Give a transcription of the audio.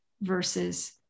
versus